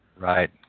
Right